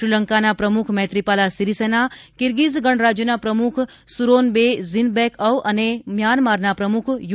શ્રીલંકાના પ્રમુખ મૈત્રીપાલા સીરીસેના કીર્ગીઝ ગણરાજ્યના પ્રમુખ સુરોનબે ઝીનબેકઅવ અને મ્યાનમારના પ્રમુખ યુ